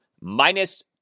minus